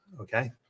okay